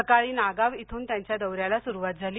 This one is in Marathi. सकाळी नागाव इथून त्यांच्या दौ याला सुरवात झाली